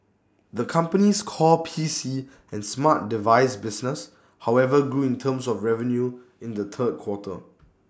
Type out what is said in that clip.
the company's core P C and smart device business however grew in terms of revenue in the third quarter